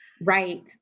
Right